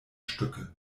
stücke